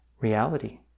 reality